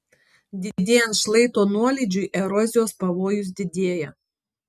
didėjant šlaito nuolydžiui erozijos pavojus didėja